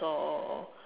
or